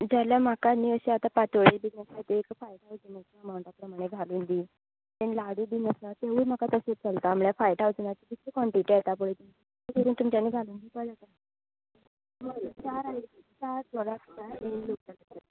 जाल्यार म्हाका न्ही अशें आतां पातोळ्यो बी एक फावय ठावजंड अमांवटाच्यो घालून दी लाडू बी ते म्हाका तशेंच चलता म्हळ्यार फायव ठावजनाचे कितके काँन्टिटी येता पळय ती तुमच्यांनी घालून दिवपाक जाता होय चार चार